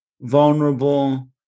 vulnerable